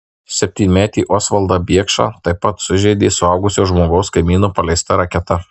septynmetį osvaldą biekšą taip pat sužeidė suaugusio žmogaus kaimyno paleista raketa